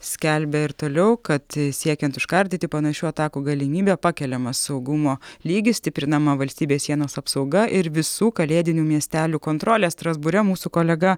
skelbia ir toliau kad siekiant užkardyti panašių atakų galimybę pakeliamas saugumo lygis stiprinama valstybės sienos apsauga ir visų kalėdinių miestelių kontrolė strasbūre mūsų kolega